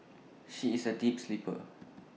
she is A deep sleeper